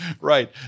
Right